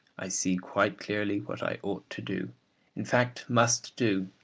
i see quite clearly what i ought to do in fact, must do.